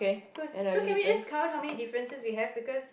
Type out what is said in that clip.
cause so can we just count how many differences we have because